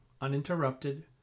uninterrupted